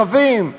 ערבים,